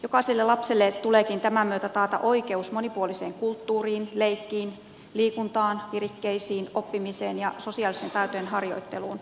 jokaiselle lapselle tuleekin tämän myötä taata oikeus monipuoliseen kulttuuriin leikkiin liikuntaan virikkeisiin oppimiseen ja sosiaalisten taitojen harjoitteluun